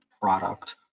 product